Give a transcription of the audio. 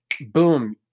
boom